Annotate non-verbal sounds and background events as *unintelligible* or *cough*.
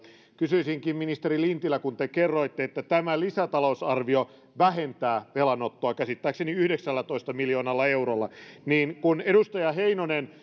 kysyisinkin ministeri lintilältä kun te kerroitte että tämä lisätalousarvio vähentää velanottoa käsittääkseni yhdeksällätoista miljoonalla eurolla ja kun edustaja heinonen *unintelligible*